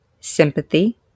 sympathy